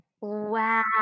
Wow